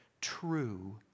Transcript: true